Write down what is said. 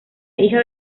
hija